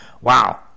wow